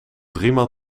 driemaal